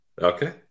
Okay